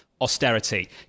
austerity